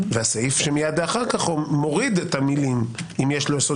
והסעיף שמייד אחר כך מוריד את המילים: אם יש לו יסוד